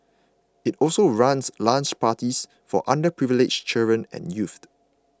it also runs lunch parties for underprivileged children and youth